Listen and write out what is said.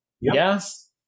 Yes